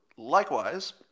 Likewise